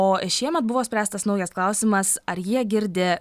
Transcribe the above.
o šiemet buvo spręstas naujas klausimas ar jie girdi